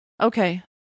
Okay